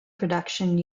production